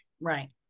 Right